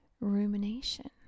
rumination